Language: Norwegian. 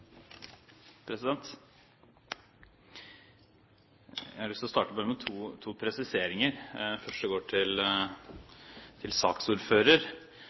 til. Jeg har lyst til å starte med to presiseringer. Den første går til